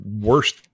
worst